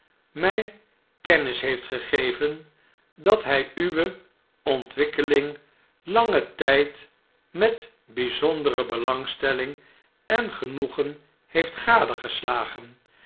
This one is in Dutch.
mij kennis heeft gegeven dat hij uwe ontwikkeling langen tijd met bijzondere belangstelling en genoegen heeft